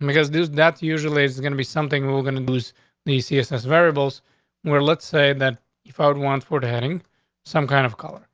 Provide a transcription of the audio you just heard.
because news that's usually is gonna be something we're going to lose the css variables where? let's say that if i would want for heading some kind of color